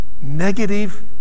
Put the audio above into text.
negative